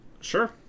Sure